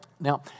Now